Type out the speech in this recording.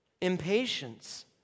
impatience